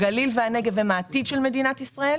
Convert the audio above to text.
הגליל והנגב הם העתיד של מדינת ישראל,